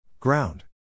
Ground